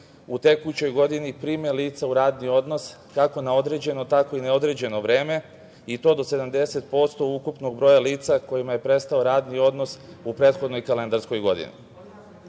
u tekućoj godini prime lica u radni odnos, kako na određeno, tako i neodređeno vreme i to do 70% ukupnog broja lica kojima je prestao radni odnos u prethodnoj kalendarskoj godini. Upravo